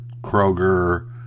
Kroger